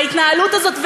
ההתנהלות הזאת,